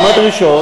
גם הדרישות.